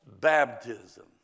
baptism